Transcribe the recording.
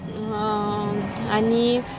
आनी